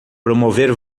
promover